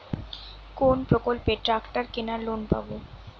কোন প্রকল্পে ট্রাকটার কেনার লোন পাব?